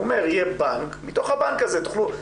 הוא אומר: יהיה בנק, מתוך הבנק הזה תוכלו.